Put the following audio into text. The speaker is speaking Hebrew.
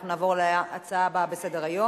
אנחנו נעבור להצעה הבאה בסדר-היום.